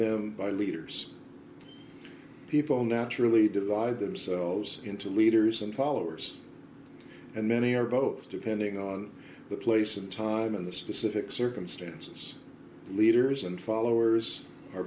them by leaders people naturally divide themselves into leaders and followers and many or both depending on the place and time in the specific circumstances leaders and followers re